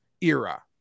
era